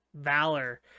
Valor